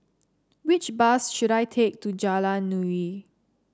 which bus should I take to Jalan Nuri